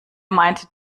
meint